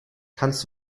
kannst